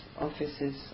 offices